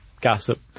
gossip